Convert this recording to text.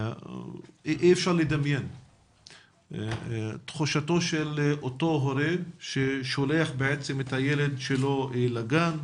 אי אפשר לדמיין תחושתו של אותו הורה ששולח בעצם את הילד שלו לגן,